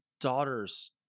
daughter's